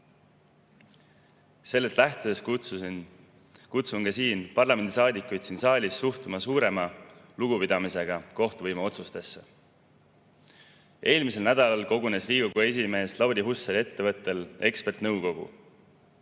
Sellest lähtudes kutsungi parlamendisaadikuid üles siin saalis suhtuma suurema lugupidamisega kohtuvõimu otsustesse. Eelmisel nädalal kogunes Riigikogu esimehe Lauri Hussari eestvõttel ekspertnõukogu.